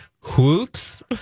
whoops